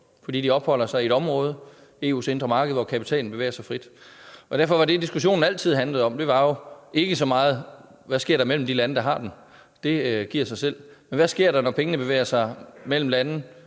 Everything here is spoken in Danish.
fordi de opholder sig i et område, EU's indre marked, hvor kapitalen bevæger sig frit. Derfor var det, diskussionen altid handlede om, ikke så meget, hvad der sker mellem de lande, der har det forstærkede samarbejde – det giver sig selv – men hvad der sker, når pengene bevæger sig mellem lande,